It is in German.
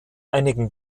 einigen